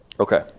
Okay